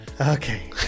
Okay